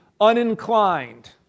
uninclined